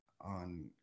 on